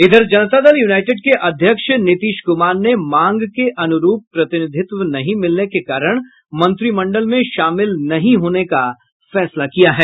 इधर जनता दल यूनाईटेड के अध्यक्ष नीतीश कुमार ने मांग के अनुरूप प्रतिनिधित्व नहीं मिलने के कारण मंत्रिमंडल में शामिल नहीं होने का फैसला किया है